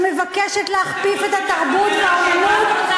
שמבקשת להכפיף את התרבות והאמנות,